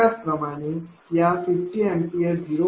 त्याचप्रमाणे या 50 A 0